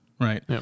right